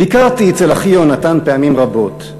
ביקרתי אצל אחי יהונתן פעמים רבות.